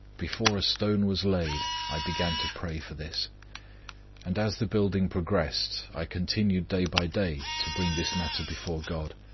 before a stone was laid, i began to pray for this and, as the building progressed, i continued day by day to bring this matter before god,